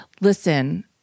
listen